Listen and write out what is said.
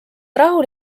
rahul